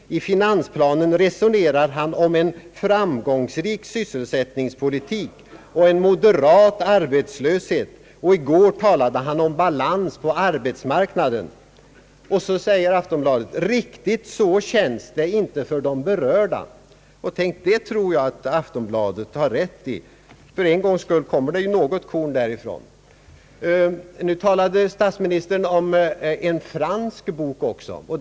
I finansplanen resonerar han om en framgångsrik sysselsättningspolitik och en moderat arbetslöshet, och i går talade han om balans på arbetsmarknaden.» Och så säger Aftonbladet: »Riktigt så känns det inte för de berörda.» Tänk, det tror jag att Aftonbladet har rätt i. För en gångs skull kommer det något korn därifrån. Herr statsministern talade också om en fransk bok.